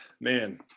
man